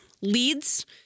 leads